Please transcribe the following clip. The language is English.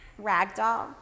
Ragdoll